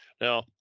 now